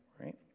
right